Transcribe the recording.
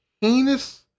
heinous